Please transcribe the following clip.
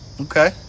Okay